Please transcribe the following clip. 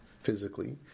physically